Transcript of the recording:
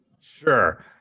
sure